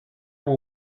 will